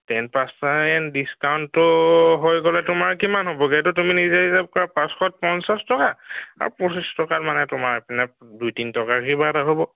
ten percent ডিচকাউণ্টটো হৈ গ'লে তোমাৰ কিমান হ'বগৈ এইটো তুমি নিজে হিচাপ কৰা পাঁচশত পঞ্চাছ টকা আৰু পঁচিছ টকা মানে তোমাৰ এইপিনে দুই তিনি টকাৰ কিবা এটা হ'ব